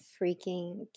freaking